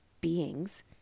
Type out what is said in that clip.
beings